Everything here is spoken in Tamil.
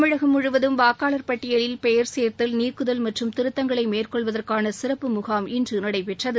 தமிழகம் முழுவதும் வாக்காளர் பட்டியலில் பெயர் சேர்த்தல் நீக்குதல் மற்றும் திருத்தங்களை மேற்கொள்வதற்கான சிறப்பு முகாம் இன்று நடைபெற்றது